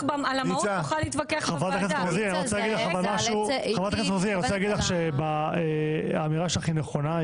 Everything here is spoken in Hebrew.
אני רוצה לומר לך שהאמירה שלך היא נכונה.